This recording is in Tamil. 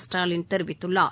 ஸ்டாலின் தெரிவித்துள்ளார்